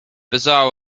bizarre